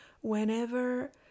whenever